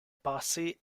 passé